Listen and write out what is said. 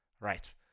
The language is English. right